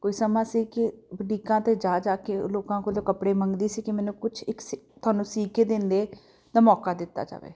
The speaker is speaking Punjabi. ਕੋਈ ਸਮਾਂ ਸੀ ਕਿ ਬੁਟੀਕਾਂ 'ਤੇ ਜਾ ਜਾ ਕੇ ਲੋਕਾਂ ਕੋਲੋ ਕੱਪੜੇ ਮੰਗਦੀ ਸੀ ਕਿ ਮੈਨੂੰ ਕੁਝ ਇੱਕ ਤੁਹਾਨੂੰ ਸੀਕੇ ਦਿੰਦੇ ਦਾ ਮੌਕਾ ਦਿੱਤਾ ਜਾਵੇ